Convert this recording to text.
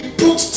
put